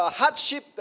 hardship